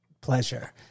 pleasure